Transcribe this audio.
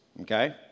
okay